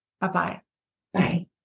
Bye-bye